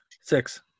Six